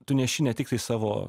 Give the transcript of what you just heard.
tu neši ne tiktai savo